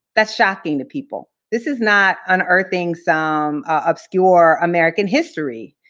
that's shocking to people. this is not unearthing some obscure american history.